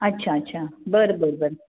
अच्छा अच्छा बरं बरं बरं